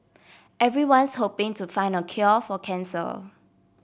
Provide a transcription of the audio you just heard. everyone's hoping to find the cure for cancer